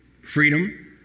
Freedom